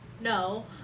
no